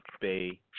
Bay